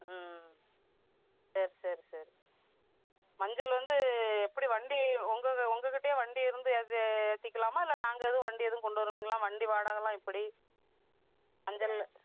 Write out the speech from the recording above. ம் சரி சரி சரி மஞ்சள் வந்து எப்படி வண்டி உங்கள் கிட்டேயே வண்டி இருந்து ஏற்றி ஏற்றிக்கலாமா இல்லை நாங்கள் எதுவும் வண்டி எதுவும் கொண்டு வருவீங்களா வண்டி வாடகைலாம் எப்படி மஞ்சள்